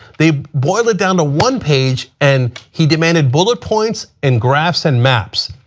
they boil it down to one page and he demanded bullet points and graphs and maps.